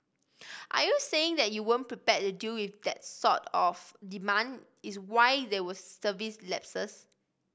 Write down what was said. are you saying that you weren't prepared to deal with that sort of demand is why there were service lapses